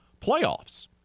playoffs